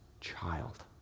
child